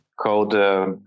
called